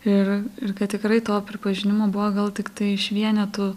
ir ir kad tikrai to pripažinimo buvo gal tiktai iš vienetų